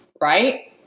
right